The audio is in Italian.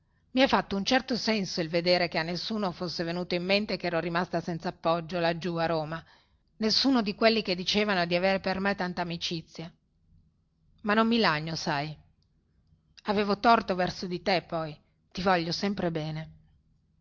mi ha fatto un certo senso il vedere che a nessuno fosse venuto in mente che ero rimasta senza appoggio laggiù a roma nessuno di quelli che dicevano di avere per me tanta amicizia ma non mi lagno sai avevo torto verso di te poi ti voglio sempre bene